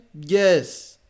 Yes